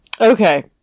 Okay